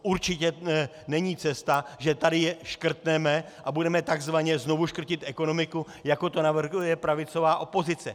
Určitě není cesta, že tady je škrtneme a budeme tzv. znovu škrtit ekonomiku, jako to navrhuje pravicová opozice.